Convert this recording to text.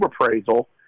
appraisal